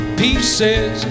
pieces